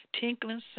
tinkling